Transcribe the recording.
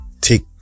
take